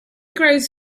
grows